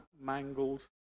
mangled